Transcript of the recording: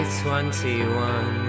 21